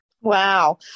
Wow